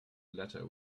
letter